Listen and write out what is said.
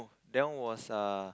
that one was err